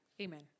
Amen